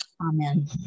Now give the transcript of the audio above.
Amen